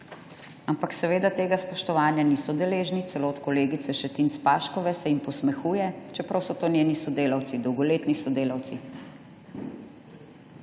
Ampak seveda tega spoštovanja niso deležni, celo od kolegice Šetinc Pašek, se jim posmehuje, čeprav so to njeni sodelavci, dolgoletni sodelavci.